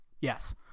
Yes